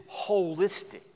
holistic